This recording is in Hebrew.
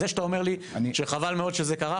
זה שאתה אומר לי שחבל מאוד שזה קרה,